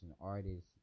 artists